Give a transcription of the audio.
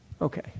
Okay